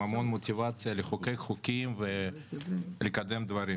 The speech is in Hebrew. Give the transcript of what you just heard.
המון מוטיבציה לחוקק חוקים ולקדם דברים.